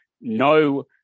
no